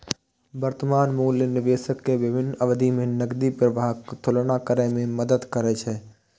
वर्तमान मूल्य निवेशक कें विभिन्न अवधि मे नकदी प्रवाहक तुलना करै मे मदति करै छै